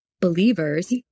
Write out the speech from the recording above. believers